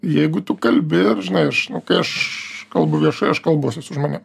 jeigu tu kalbi ir žinai aš kai aš kalbu viešai aš kalbuosi su žmonėm